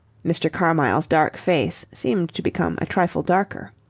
mr. carmyle's dark face seemed to become a trifle darker.